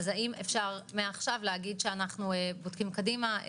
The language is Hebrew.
האם מעכשיו לומר שאנו בודקים קדימה?